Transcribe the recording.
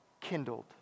kindled